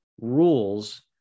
rules